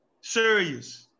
Serious